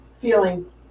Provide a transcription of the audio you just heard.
feelings